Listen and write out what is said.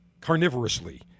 carnivorously